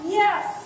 yes